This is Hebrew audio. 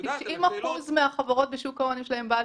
אם אחוז מהחברות בשוק ההון יש להם בעל